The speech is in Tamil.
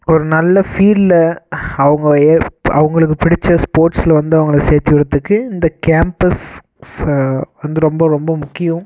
ஒரு நல்ல ஃபீல்டில் அவங்க ஏற்ப அவங்களுக்கு பிடித்த ஸ்போர்ட்ஸில் வந்து அவங்கள சேர்த்தி விடறத்துக்கு இந்த கேம்பஸ் வந்து ரொம்ப ரொம்ப முக்கியம்